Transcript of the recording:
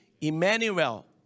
Emmanuel